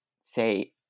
say